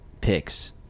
picks